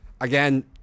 again